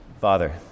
Father